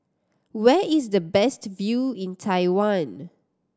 where is the best view in Taiwan